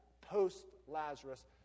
post-Lazarus